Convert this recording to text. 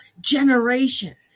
generation